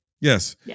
yes